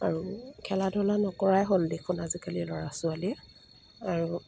আৰু খেলা ধূলা নকৰাই হ'ল দেখোন আজিকালি ল'ৰা ছোৱালীয়ে আৰু